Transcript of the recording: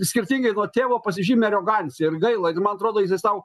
skirtingai nuo tėvo pasižymi arogancija ir gaila man atrodo jisai sau